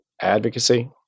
advocacy